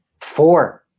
four